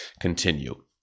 continue